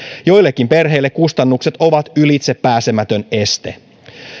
joillekin perheille kustannukset ovat ylitsepääsemätön este